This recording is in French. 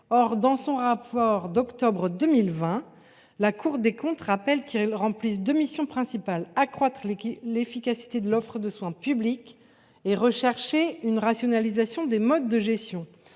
Or, dans son rapport d’octobre 2020, la Cour des comptes rappelle qu’ils « remplissent deux missions principales, accroître l’efficacité de l’offre de soins publique et rechercher une rationalisation des modes de gestion